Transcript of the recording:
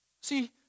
See